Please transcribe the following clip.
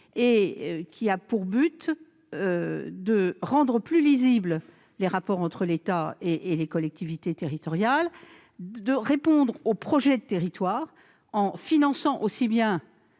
-, qui a pour but de rendre plus lisibles les rapports entre l'État et les collectivités territoriales, ainsi que de répondre aux projets de territoire en finançant aussi bien